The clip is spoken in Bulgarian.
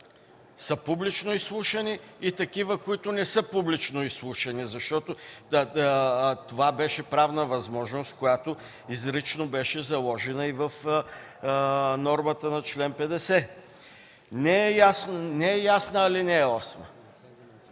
са публично изслушани и такива, които не са публично изслушани. Това беше правна възможност, която изрично беше заложена в нормата на чл. 50. Не е ясна ал. 8. От